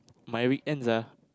my weekends ah